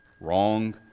wrong